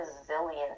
resilient